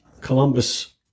Columbus